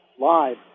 live